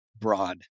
broad